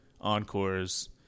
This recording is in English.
encores